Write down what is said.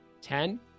Ten